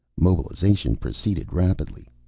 mobilization proceeded rapidly.